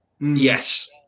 Yes